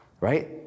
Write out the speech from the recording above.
right